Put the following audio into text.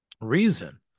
reason